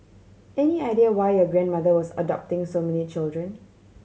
any idea why your grandmother was adopting so many children